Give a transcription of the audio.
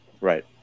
Right